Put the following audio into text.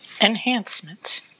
enhancement